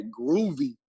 groovy